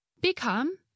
become